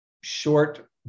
short